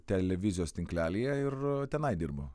televizijos tinklelyje ir tenai dirbu